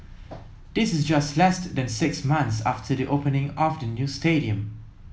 this is just less than six months after the opening of the new stadium